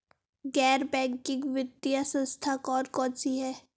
गैर बैंकिंग वित्तीय संस्था कौन कौन सी हैं?